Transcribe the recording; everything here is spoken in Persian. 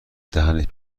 دهنت